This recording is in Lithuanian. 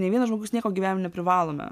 nei vienas žmogus nieko gyvenime neprivalome